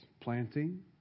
planting